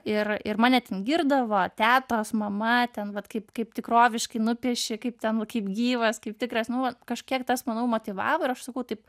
ir ir mane ten girdavo tetos mama ten vat kaip kaip tikroviškai nupieši kaip ten kaip gyvas kaip tikras nu man kažkiek tas manau motyvavo ir aš sakau taip